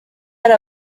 hari